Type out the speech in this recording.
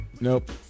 Nope